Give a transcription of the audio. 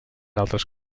altres